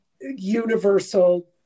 universal